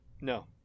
No